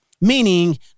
meaning